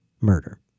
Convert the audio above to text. murder